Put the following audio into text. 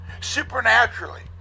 Supernaturally